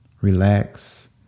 relax